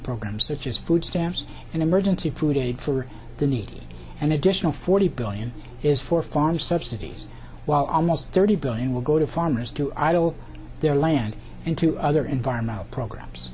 programs such as food stamps and emergency food aid for the needy an additional forty billion is for farm subsidies while almost thirty billion will go to farmers to idle their land and to other environmental programs